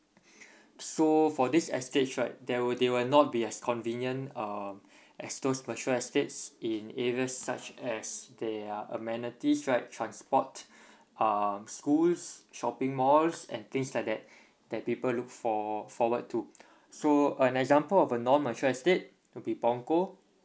so for these estates right there were they were not be as convenient um as those mature estates in areas such as there are amenities right transport um schools shopping malls and things like that that people look for forward to so an example of a non mature estate would be punggol